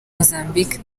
mozambique